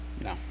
No